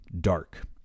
dark